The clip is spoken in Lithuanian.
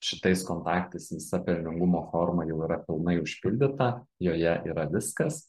šitais kontaktais visa pelningumo forma jau yra pilnai užpildyta joje yra viskas